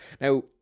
Now